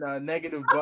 negative